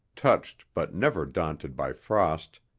touched but never daunted by frost,